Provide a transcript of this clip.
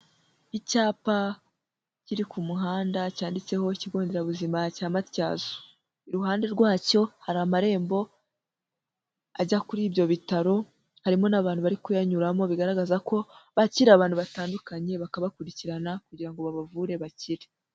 Icyapa kiri ku muhanda cyanditseho ikigo nderabuzima cya Matyazo, iruhande rwacyo hari amarembo ajya kuri ibyo bitaro harimo n'abantu bari kuyanyuramo, bigaragaza ko bakira abantu batandukanye bakabakurikirana kugira ngo babavure bakire.